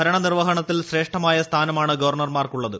ഭരണനിർവഹണത്തിൽ ശ്രേഷ്ഠമായ സ്ഥാനമാണ് ഗവർണർക്കുള്ളത്